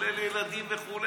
כולל ילדים וכו'.